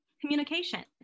communication